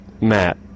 Matt